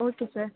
okay sir